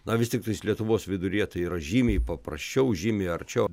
na vis tiktais lietuvos viduryje tai yra žymiai paprasčiau žymiai arčiau